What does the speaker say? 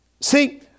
See